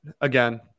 Again